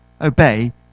obey